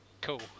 cool